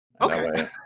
Okay